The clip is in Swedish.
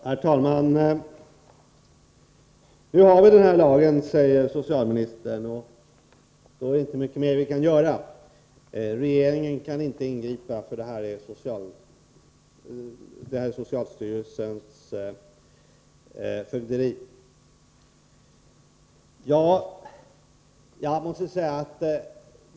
Herr talman! Nu har vi den här lagen, säger statsrådet Sigurdsen, och då är det inte mycket mer vi kan göra. Regeringen kan inte ingripa, för det här är socialstyrelsens fögderi.